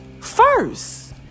first